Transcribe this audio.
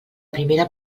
primera